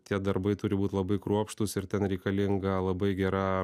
tie darbai turi būt labai kruopštūs ir ten reikalinga labai gera